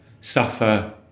suffer